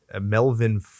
Melvin